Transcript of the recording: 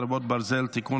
חרבות ברזל) (תיקון,